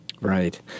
Right